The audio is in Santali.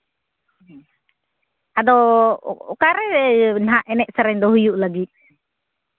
ᱟᱫᱚ ᱚᱠᱟᱨᱮ ᱱᱟᱦᱟᱜ ᱮᱱᱮᱡ ᱥᱮᱨᱮᱧ ᱫᱚ ᱦᱩᱭᱩᱜ ᱞᱟᱹᱜᱤᱫ